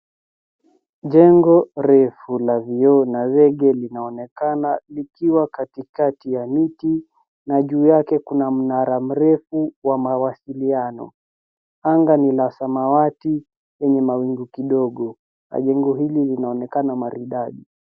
Jengo refu la vioo na zege linaonekana likiwa katikati ya miti na juu yake kuna mnara mrefu wa mawasiliano. Anga ni la samawati yenye mawingu kidogo na jengo hili linaonekana maridadi.